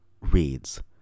reads